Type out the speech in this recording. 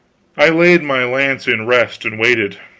i laid my lance in rest and waited,